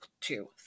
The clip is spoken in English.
two